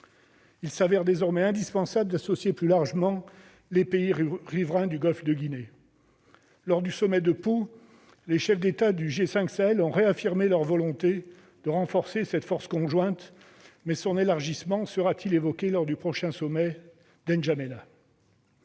Il s'avère désormais indispensable d'associer plus largement les pays riverains du golfe de Guinée. Lors du sommet de Pau, les chefs d'État du G5 Sahel ont réaffirmé leur volonté de renforcer cette force conjointe. Son élargissement sera-t-il pour autant évoqué lors du prochain sommet de N'Djamena ?